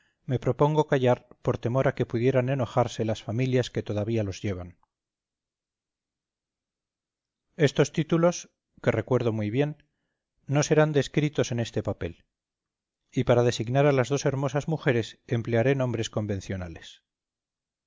me propongo callar por temor a que pudieran enojarse las familias que todavía los llevan estos títulos que recuerdo muy bien no serán escritos en este papel y para designar a las dos hermosas mujeres emplearé nombres convencionales